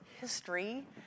history